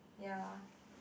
ya